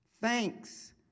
Thanks